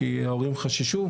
כי ההורים חששו.